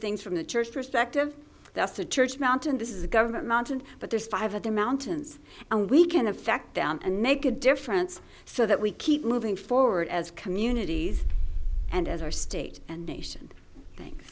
things from a church perspective that's a church mountain this is a government mountain but there's five of the mountains and we can affect down and make a difference so that we keep moving forward as communities and as our state and nation th